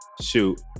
Shoot